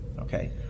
okay